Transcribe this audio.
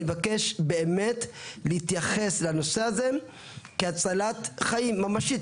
אני מבקש באמת להתייחס לנושא הזה כהצלת חיים ממשית,